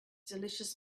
delicious